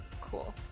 Cool